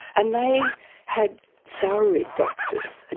and they had salaried doctors. and